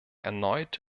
erneut